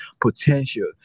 potential